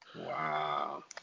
Wow